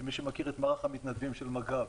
מי שמכיר את מערך המתנדבים של מג"ב,